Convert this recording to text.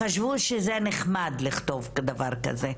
חשבו שזה נחמד לכתוב דבר כזה.